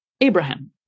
Abraham